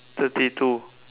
thirty two